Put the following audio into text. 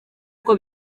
uko